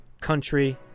country